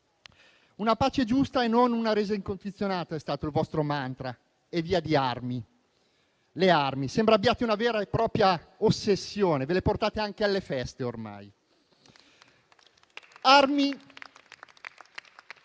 Una pace giusta e non una resa incondizionata è stato il vostro *mantra*, e via di armi. Le armi: sembra che abbiate una vera e propria ossessione, ve le portate anche alle feste ormai